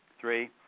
Three